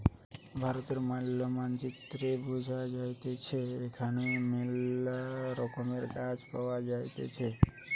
ভারতের ম্যালা মানচিত্রে বুঝা যাইতেছে এখানে মেলা রকমের গাছ পাওয়া যাইতেছে